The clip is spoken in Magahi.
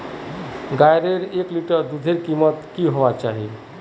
गायेर एक लीटर दूधेर कीमत की होबे चही?